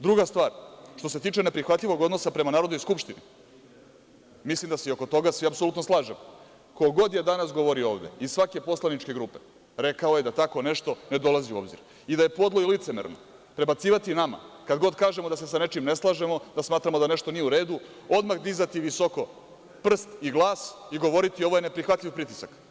Druga stvar što se tiče neprihvatljivog odnosa prema Narodnoj skupštini, mislim da se oko toga svi apsolutno slažemo, ko god je danas govorio ovde iz svake poslaničke grupe rekao je da tako nešto ne dolazi u obzir i da je podlo i licemerno prebacivati nama kad god kažemo da se sa nečim ne slažemo da smatramo da nešto nije u redu, odmah dizati visoko prst i glas i govoriti, ovo je neprihvatljiv pritisak.